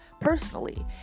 personally